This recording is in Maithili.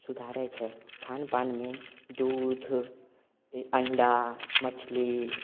सुधारै छै खानपानमे दूध अण्डा मछली